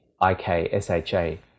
I-K-S-H-A